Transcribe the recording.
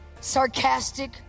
SARCASTIC